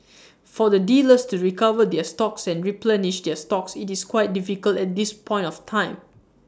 for the dealers to recover their stocks and replenish their stocks IT is quite difficult at this point of time